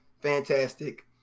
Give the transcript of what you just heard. Fantastic